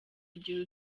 ugira